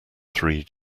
three